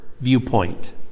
viewpoint